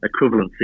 equivalency